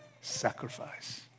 sacrifice